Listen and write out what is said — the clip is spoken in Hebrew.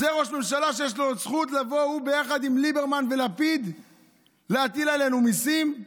זה ראש ממשלה שיש לו זכות לבוא ביחד עם ליברמן ולפיד להטיל עלינו מיסים?